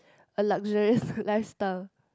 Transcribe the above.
a luxurious lifestyle